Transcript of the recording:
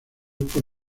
por